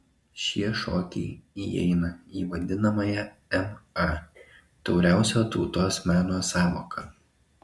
šie šokiai įeina į vadinamąją ma tauriausio tautos meno sąvoką